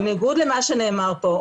בניגוד למה שנאמר פה,